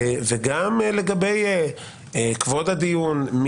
וגם לגבי כבוד הדיון,